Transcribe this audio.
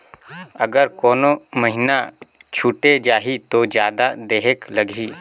अगर कोनो महीना छुटे जाही तो जादा देहेक लगही?